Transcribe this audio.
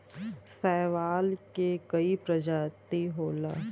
शैवाल के कई प्रजाति होला